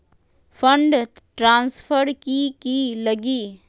Fund transfer कि की लगी?